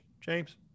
James